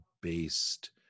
based